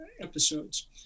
episodes